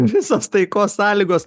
visos taikos sąlygos